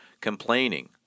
complaining